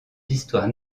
d’histoire